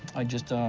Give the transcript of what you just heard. i just